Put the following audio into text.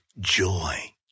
joy